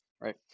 right